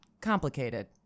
complicated